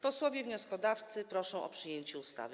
Posłowie wnioskodawcy proszą o przyjęcie ustawy.